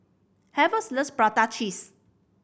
Hervey's loves prata cheese